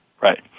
right